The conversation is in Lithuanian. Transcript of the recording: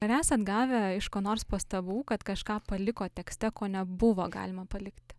ar esat gavę iš ko nors pastabų kad kažką palikot tekste ko nebuvo galima palikti